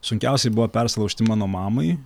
sunkiausiai buvo persilaužti mano mamai